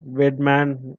weidman